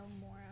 more